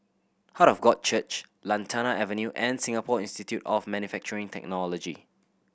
Heart of God Church Lantana Avenue and Singapore Institute of Manufacturing Technology